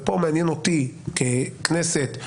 אותי, ככנסת,